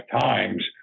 times